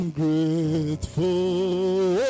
grateful